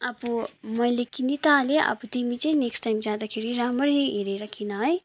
अब मैले किनि त हालेँ अब तिमी चाहिँ नेक्स्ट टाइम जाँदाखेरि राम्ररी हेरेर किन है